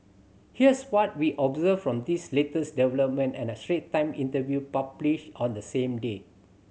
here's what we observed from this latest development and a Straits Times interview published on the same day